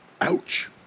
ouch